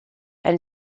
from